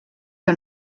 que